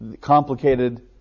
complicated